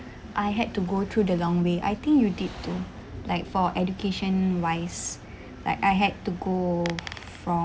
I had to go through the long way I think you did too like for education wise like I had to go from